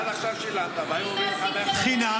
שעד עכשיו שילמת והיו אומרים לך --- חינם,